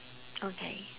okay